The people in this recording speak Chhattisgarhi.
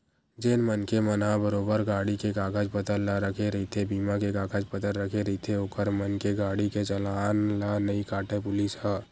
जेन मनखे मन ह बरोबर गाड़ी के कागज पतर ला रखे रहिथे बीमा के कागज पतर रखे रहिथे ओखर मन के गाड़ी के चलान ला नइ काटय पुलिस ह